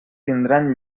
tindran